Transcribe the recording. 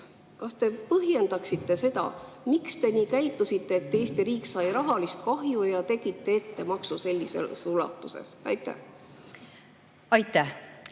Kas te põhjendaksite seda, miks te nii käitusite, et Eesti riik sai rahalist kahju, ja tegite ettemaksu sellises ulatuses? Aitäh!